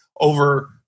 over